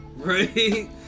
Right